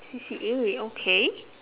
C_C_A okay